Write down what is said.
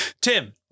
Tim